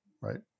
right